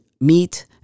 meat